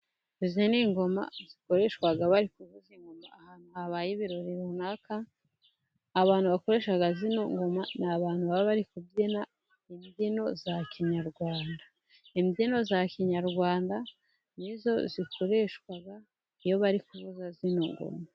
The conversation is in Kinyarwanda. Izi ni ingoma zikoreshwa bari kuvuza ingoma ahantu habaye ibirori runaka. Abantu bakoresha zino ngoma ni abantu baba bari kubyina imbyino za kinyarwanda. Imbyino za kinyarwanda nizo zikoreshwa iyo bari kuvuza zino ngoma